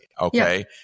okay